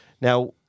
Now